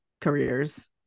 careers